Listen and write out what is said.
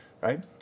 right